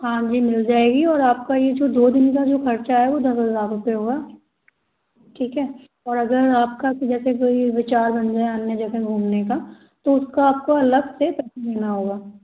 हाँ जी मिल जाएगी और आपका ये जो दो दिन का जो खर्चा है वो दस हजार रूपए होगा ठीक है और अगर आपका जैसे कोई विचार बन गया अन्य जगह घूमने का तो उसका आपको अलग से पैसे देना होगा